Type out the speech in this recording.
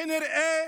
כנראה